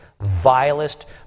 vilest